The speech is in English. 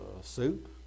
soup